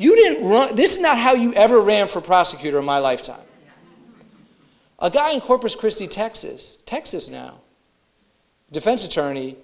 you didn't run this not how you ever ran for prosecutor in my lifetime a guy in corpus christi texas texas now defense attorney